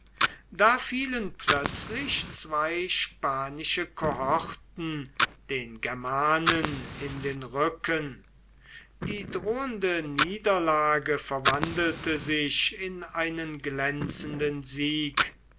da fielen plötzlich zwei spanische kohorten den germanen in den rücken die drohende niederlage verwandelte sich in einen glänzenden sieg